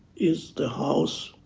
is the house,